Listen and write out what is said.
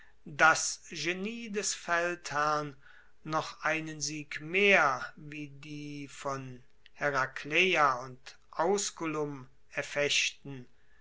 das genie des feldherrn noch einen sieg mehr wie die von herakleia und ausculum erfechten